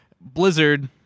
Blizzard